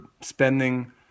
spending